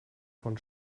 von